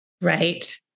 Right